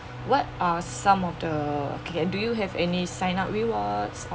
what are some of the okay do you have any sign up reward